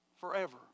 forever